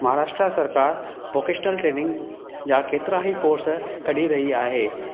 महाराष्ट्रा सरकार vocational training जा केतिरा ई कोर्स कढी रही आहे